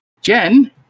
Jen